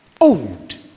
old